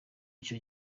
icyo